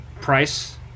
Price